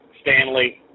Stanley